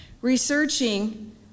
researching